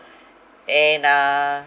and uh